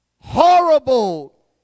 horrible